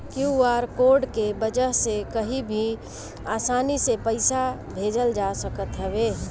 QR code के वजह से कही भी आसानी से पईसा भेजल जा सकत हवे